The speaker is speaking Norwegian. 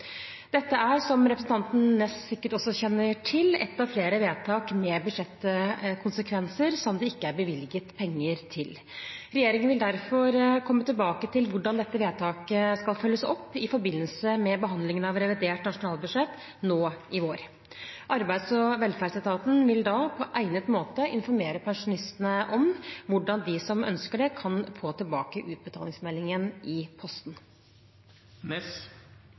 Dette er, som representanten Ness sikkert også kjenner til, et av flere vedtak med budsjettkonsekvenser som det ikke er bevilget penger til. Regjeringen vil derfor komme tilbake til hvordan dette vedtaket skal følges opp i forbindelse med behandlingen av revidert nasjonalbudsjett nå i vår. Arbeids- og velferdsetaten vil da på egnet måte informere pensjonistene om hvordan de som ønsker det, kan få tilbake utbetalingsmeldingen i